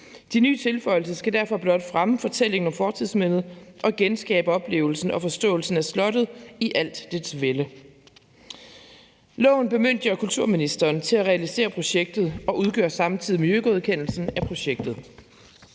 De nye tilføjelser skal derfor blot fremme fortællingen om fortidsmindet og genskabe oplevelsen og forståelsen af slottet i al dets vælde. Loven bemyndiger kulturministeren til at realisere projektet og udgør samtidig miljøgodkendelsen af projektet.